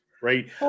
right